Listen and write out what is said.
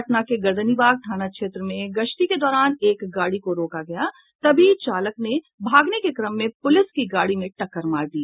पटना के गर्दनीबाग थाना क्षेत्र में गश्ती के दौरान एक गाड़ी को रोका गया तभी चालक ने भागने के क्रम में पुलिस की गाड़ी में टक्कर मार दी